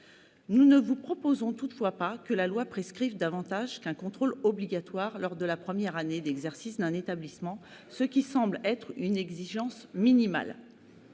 nous ne vous proposons pas de prévoir que la loi prescrive davantage qu'un contrôle obligatoire lors de la première année d'exercice, ce qui semble être une exigence minimale.